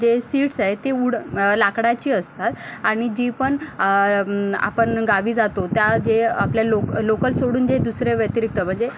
जे सीट्स आहेत ते वुड लाकडाची असतात आणि जी पण आपण गावी जातो त्या जे आपल्या लोकं लोकल सोडून जे दुसरे व्यतिरिक्त म्हणजे